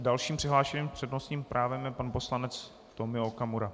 Další přihlášený s přednostním právem je pan poslanec Tomio Okamura.